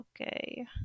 okay